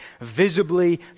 visibly